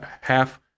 half